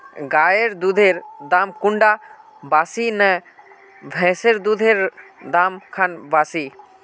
गायेर दुधेर दाम कुंडा बासी ने भैंसेर दुधेर र दाम खान बासी?